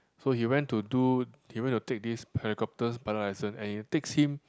so he went to do he went to take this helicopter pilot licence and it takes him